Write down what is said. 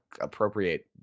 appropriate